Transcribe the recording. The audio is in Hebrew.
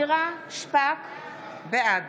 בעד